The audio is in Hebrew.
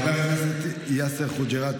חבר הכנסת יאסר חוג'יראת,